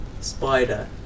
Spider